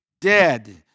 dead